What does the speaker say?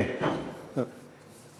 כן, כן.